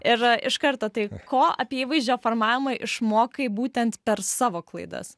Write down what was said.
ir iš karto tai ko apie įvaizdžio formavimą išmokai būtent per savo klaidas